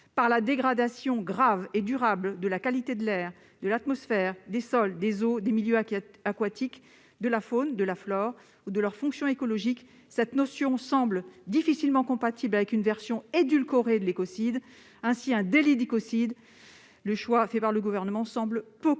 par la dégradation grave et durable de la qualité de l'air, de l'atmosphère, des sols, des eaux, des milieux aquatiques, de la faune, de la flore ou de leurs fonctions écologiques. Cette notion semble difficilement compatible avec une version édulcorée de l'écocide. Le choix du Gouvernement d'un délit